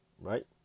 right